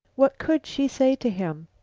what could she say to him?